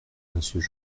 monsieur